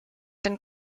den